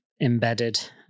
embedded